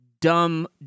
dumb